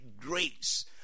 grace